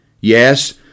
Yes